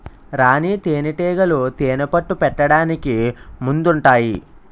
రాణీ తేనేటీగలు తేనెపట్టు పెట్టడానికి ముందుంటాయి